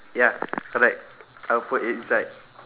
ya correct I will put it inside